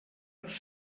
els